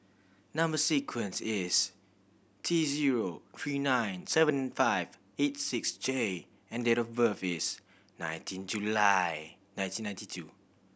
number sequence is T zero three nine seven five eight six J and date of birth is nineteen July nineteen ninety two